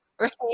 Right